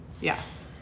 Yes